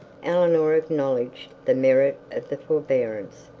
eleanor acknowledged the merit of the forbearance,